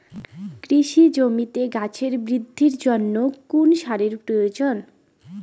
কৃষি জমিতে গাছের বৃদ্ধির জন্য জমিতে কোন সারের প্রয়োজন?